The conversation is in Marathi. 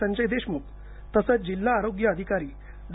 संजय देशमुख तसंच जिल्हा आरोग्य धिकारी डॉ